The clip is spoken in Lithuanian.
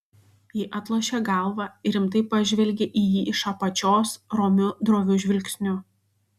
ji atlošė galvą ir rimtai pažvelgė į jį iš apačios romiu droviu žvilgsniu